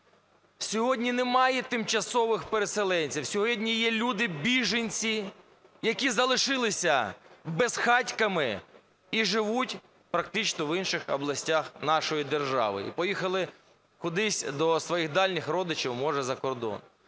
Сьогодні немає тимчасових переселенців, сьогодні є люди – біженці, які залишилися безхатьками і живуть практично в інших областях нашої держави, і поїхали кудись до своїх дальніх родичів, може за кордон.